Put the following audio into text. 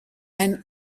and